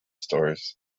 stores